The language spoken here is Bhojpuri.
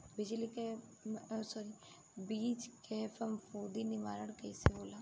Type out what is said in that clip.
बीज के फफूंदी निवारण कईसे होला?